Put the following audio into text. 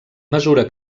mesura